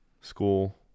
school